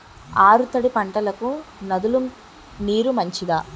ఆరు తడి పంటలకు నదుల నీరు మంచిదా?